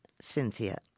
Cynthia